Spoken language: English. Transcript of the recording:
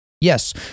Yes